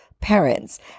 parents